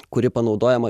kuri panaudojama